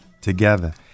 together